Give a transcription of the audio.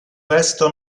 resto